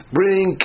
Bring